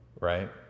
Right